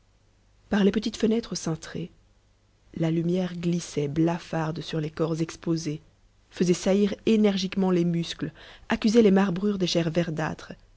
par les petites fenêtres cintrées la lumière glissait blafarde sur les corps exposés faisait saillir énergiquement les muscles accusait les marbrures des chairs verdâtres